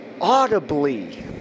audibly